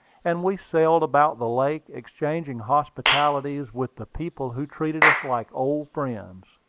and we sailed about the lake, exchanging hospitalities with the people who treated us like old friends.